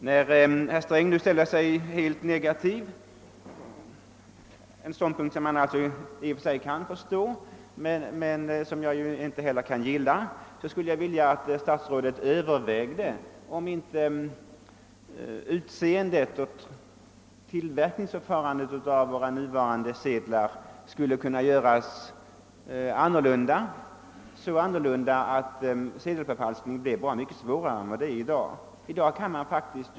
När herr Sträng nu ställer sig helt negativ till ett ersättningsförfarande — en ståndpunkt som jag visserligen kan förstå men som jag inte kan gilla — skulle jag önska att statsrådet övervägde, om inte utseendet på sedlarna kunde göras så annorlunda att sedelförfalskning blev mycket svårare än den är i dag.